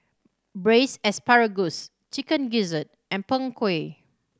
Braised Asparagus Chicken Gizzard and Png Kueh